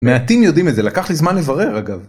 מעטים יודעים את זה לקח לי זמן לברר אגב